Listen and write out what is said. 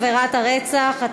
עבירת רצח),